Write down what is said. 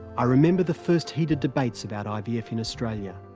i remember the first heated debates about ivf in australia.